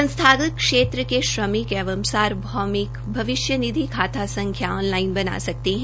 संस्थागत क्षेत्र में श्रमिक अब सार्वभौमिक भविष्य निधि खाता संख्या ऑनलाईन बना सकते हैं